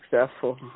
successful